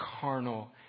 carnal